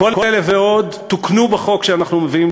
כל אלה ועוד תוקנו בחוק שאנחנו מביאים